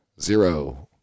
Zero